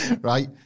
Right